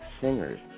singers